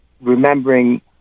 remembering